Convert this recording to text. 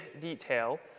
detail